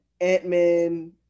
Ant-Man